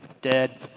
Dead